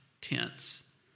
tense